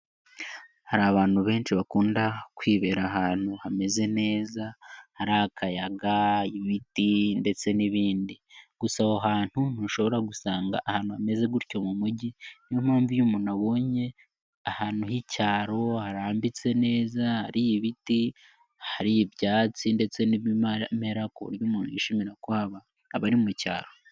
Hari abantu benshi bakunda kwibera ahantu hameze neza, hari akayaga, ibiti ndetse n'ibindi, gusa aho hantu ntushobora gusanga ahantu hameze gutyo mu mujyi, niyo mpamvu iyo umuntu abonye ahantu h'icyaro harambitse, neza hari ibiti, hari ibyatsi ndetse n'ibimera ku buryo umuntu yishimira kuhaba abari mu cyaro.